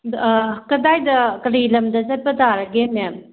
ꯑꯗꯣ ꯀꯗꯥꯏꯗ ꯀꯔꯤ ꯂꯝꯗ ꯆꯠꯄ ꯇꯥꯔꯒꯦ ꯃꯦꯝ